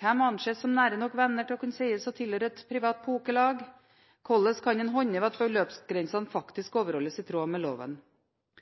Hvem anses som nære nok venner til å kunne sies å tilhøre et privat pokerlag? Hvordan kan en håndheve at beløpsgrensene overholdes i tråd med loven?